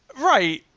Right